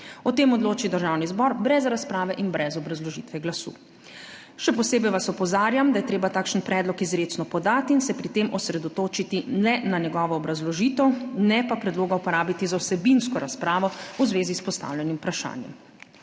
O tem odloči Državni zbor brez razprave in brez obrazložitve glasu. Še posebej vas opozarjam, da je treba takšen predlog izrecno podati in se pri tem osredotočiti le na njegovo obrazložitev, ne pa predloga uporabiti za vsebinsko razpravo v zvezi s postavljenim vprašanjem.